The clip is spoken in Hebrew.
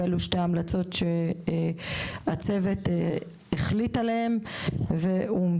ואלו שתי ההמלצות שהצוות החליט עליהן ואומצו.